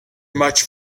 much